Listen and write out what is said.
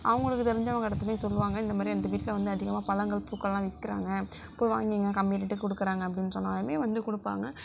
அவங்களுக்கு தெரிஞ்சவங்க இடத்துலையும் சொல்லுவாங்க இந்த மாதிரி அந்த வீட்டில வந்து அதிகமாக பழங்கள் பூக்கள்லாம் விற்கிறாங்க போய் வாங்கிங்க கம்மி ரேட்டுக்கு கொடுக்குறாங்க அப்படினு சொன்னாலுமே வந்து கொடுப்பாங்க